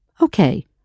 Okay